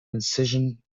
incision